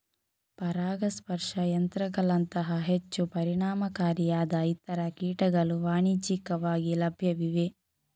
ಪರಾಗಸ್ಪರ್ಶ ಯಂತ್ರಗಳಂತಹ ಹೆಚ್ಚು ಪರಿಣಾಮಕಾರಿಯಾದ ಇತರ ಕೀಟಗಳು ವಾಣಿಜ್ಯಿಕವಾಗಿ ಲಭ್ಯವಿವೆ